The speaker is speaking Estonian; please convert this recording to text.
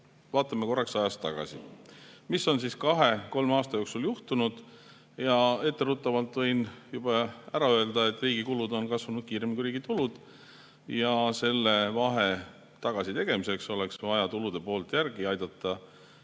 vaatame korraks ajas tagasi, mis on kahe-kolme aasta jooksul juhtunud. Etteruttavalt võin juba ära öelda, et riigi kulud on kasvanud kiiremini kui riigi tulud. Selle vahe tagasi tegemiseks oleks vaja tulude poolt järele aidata,